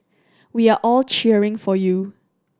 we are all cheering for you